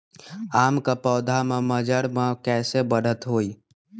आम क पौधा म मजर म कैसे बढ़त होई?